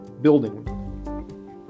building